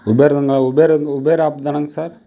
உபேரதுங்க உபேரங்க Uber app தானுங் sir